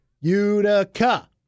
Utica